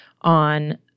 on